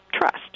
trust